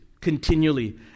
continually